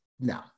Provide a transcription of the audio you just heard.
No